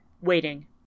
waiting